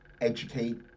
educate